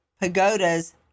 Pagoda's